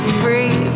free